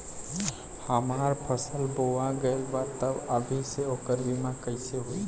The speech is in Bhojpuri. हमार फसल बोवा गएल बा तब अभी से ओकर बीमा कइसे होई?